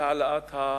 להעלאת הממוצעים.